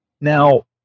Now